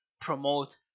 promote